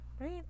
right